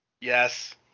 Yes